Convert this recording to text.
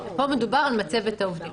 פה מדובר על מצבת העובדים.